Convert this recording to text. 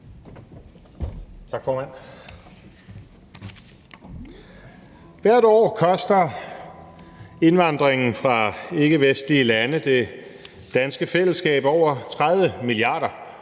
Hvert år koster indvandringen fra ikkevestlige lande det danske fællesskab over 30 mia. kr.